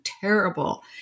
terrible